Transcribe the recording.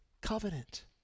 covenant